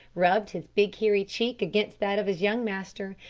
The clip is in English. rubbed his big hairy cheek against that of his young master,